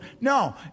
No